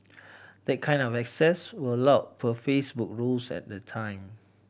that kind of access were allowe per Facebook's rules at the time